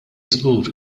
żgur